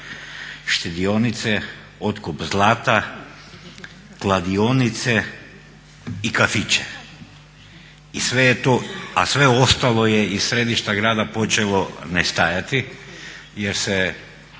štedionice, otkup zlata, kladionice i kafiće. A sve ostalo je iz središta grada počelo nestajati jer se